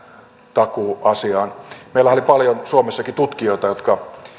turvatakuuasiaan meillähän oli suomessakin paljon tutkijoita jotka